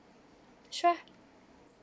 sure